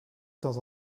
temps